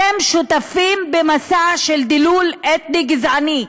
אתם שותפים במסע של דילול אתני גזעני.